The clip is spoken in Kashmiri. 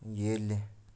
ییٚلہِ